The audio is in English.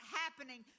happening